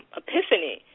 epiphany